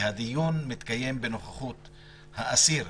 והדיון מתקיים בנוכחות האסיר.